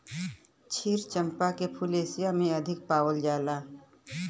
क्षीर चंपा के फूल एशिया में अधिक पावल जाला